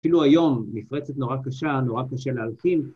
‫אפילו היום, מפרצת נורא קשה, ‫נורא קשה להלחים.